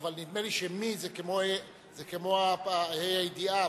אבל נדמה לי שמ"ם זה כמו ה"א הידיעה,